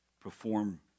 perform